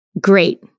Great